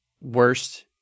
worst